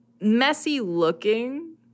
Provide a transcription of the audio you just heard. messy-looking